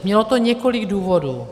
Mělo to několik důvodů.